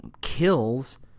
kills